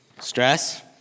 Stress